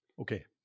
Okay